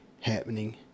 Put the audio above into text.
happening